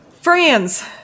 Friends